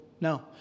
No